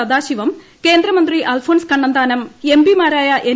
സദാശിവം കേന്ദ്രമന്ത്രി അൽഫോൺസ് കണ്ണന്താനം എംപിമാരായ എൻ